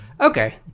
Okay